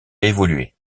évoluer